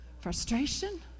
frustration